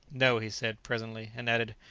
no, he said, presently, and added,